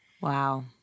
Wow